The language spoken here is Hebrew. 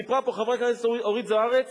סיפרה פה חברת הכנסת אורית זוארץ